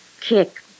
Kick